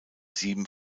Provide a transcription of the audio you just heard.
sieben